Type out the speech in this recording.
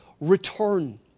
return